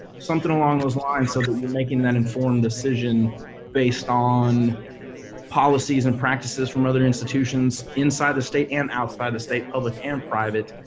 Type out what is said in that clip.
somethin' along those lines so that we're making that informed decision based on policies and practices from other institutions inside the state and outside the state, public and private.